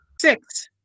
Six